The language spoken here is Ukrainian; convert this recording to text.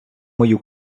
мою